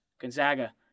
Gonzaga